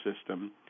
system